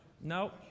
No